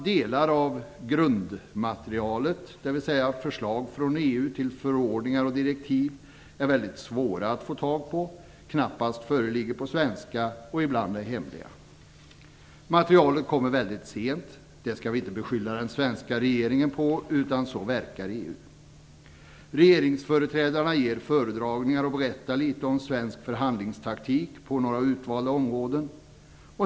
Delar av grundmaterialet, dvs. förslag från EU till förordningar och direktiv, är väldigt svåra att få tag på, knappast föreligger på svenska och ibland är hemliga. Materialet kommer väldigt sent, men det skall vi inte beskylla den svenska regeringen för, utan så verkar EU. Regeringsföreträdarna ger föredragningar och berättar litet om svensk förhandlingstaktik på några utvalda områden.